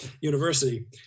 University